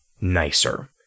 nicer